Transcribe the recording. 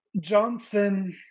Johnson